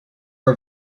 are